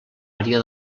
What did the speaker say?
àrea